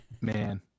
Man